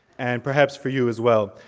and perhaps for you as well,